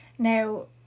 Now